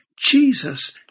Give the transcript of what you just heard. Jesus